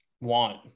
want